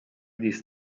this